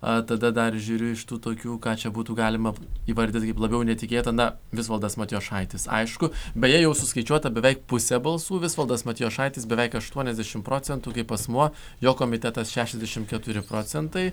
tada dar žiūriu iš tų tokių ką čia būtų galima įvardyti kaip labiau neįtikėtina na visvaldas matijošaitis aišku beje jau suskaičiuota beveik pusė balsų visvaldas matijošaitis beveik aštuoniasdešimt procentų kaip asmuo jo komitetas šešiasdešimt keturi procentai